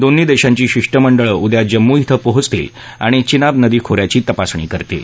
दोन्ही देशांची शिष्टमंडळ उद्या जम्मू इथं पोहोचतील आणि चिनाब नदी खोऱ्याची तपासणी करतील